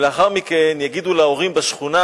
לאחר מכן יגידו להורים בשכונה: